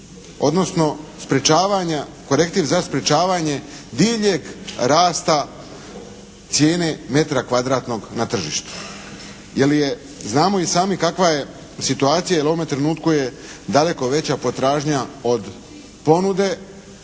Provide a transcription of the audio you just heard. korektiv za sprječavanje divljeg rasta cijene metra kvadratnog na tržištu. Jer je, znamo i sami kakva je situacija jer u ovome trenutku je daleko veća potražnja od ponude.